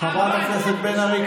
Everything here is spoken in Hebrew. חברת הכנסת בן ארי,